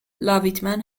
لاویتمن